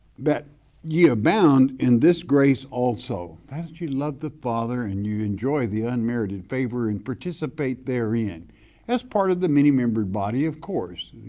that ye abound in this grace also. that you loved the father and you enjoy the unmerited favor and participate therein as part of the many-membered body of course,